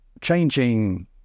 changing